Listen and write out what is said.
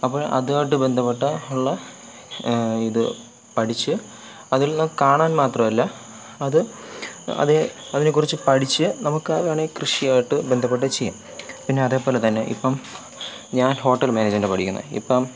അപ്പോള് അതുമായിട്ട് ബന്ധപ്പെട്ട ഉള്ള ഇത് പഠിച്ച് അതിൽ നിന്നും കാണാൻ മാത്രമല്ല അത് അതേ അതിനെക്കുറിച്ച് പഠിച്ച് നമുക്ക് വേണമമങ്കില് കൃഷിയുമായിട്ട് ബന്ധപ്പെട്ട് ചെയ്യാം പിന്നെ അതേപോലെതന്നെ ഇപ്പോള് ഞാൻ ഹോട്ടൽ മാനേജ്മെൻറ്റാണ് പഠിക്കുന്നത് ഇപ്പോള്